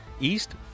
East